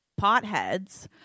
potheads